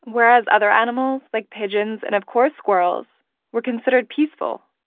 whereas other animals like pigeons and, of course, squirrels were considered peaceful.